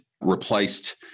replaced